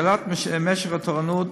שאלת משך התורנות